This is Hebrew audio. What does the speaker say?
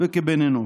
וכבן אנוש.